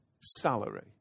salary